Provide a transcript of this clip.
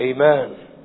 Amen